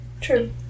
True